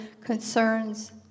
concerns